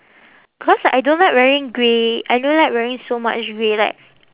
cause I don't like wearing grey I don't like wearing so much grey like